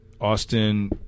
austin